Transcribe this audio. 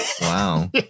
Wow